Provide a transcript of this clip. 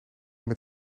met